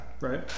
Right